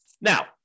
Now